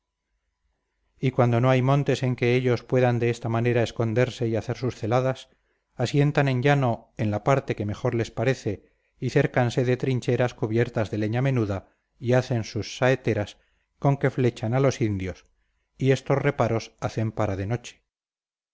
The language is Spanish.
y cuando no hay montes en que ellos puedan de esta manera esconderse y hacer sus celadas asientan en llano en la parte que mejor les parece y cércanse de trincheras cubiertas de leña menuda y hacen sus saeteras con que flechan a los indios y estos reparos hacen para de noche